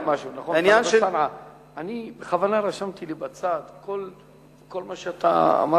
אני חייב להגיד לך משהו: אני בכוונה רשמתי לי בצד כל מה שאתה אמרת,